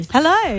Hello